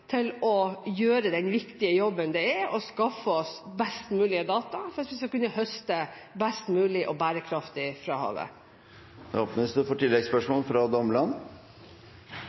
til å gjøre den viktige jobben det er å skaffe oss best mulige data for at vi skal kunne høste best mulig og bærekraftig fra havet. Det åpnes for oppfølgingsspørsmål – først Odd Omland.